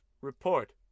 report